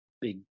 big